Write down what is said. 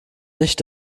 nicht